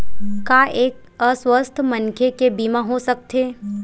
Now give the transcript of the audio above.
का एक अस्वस्थ मनखे के बीमा हो सकथे?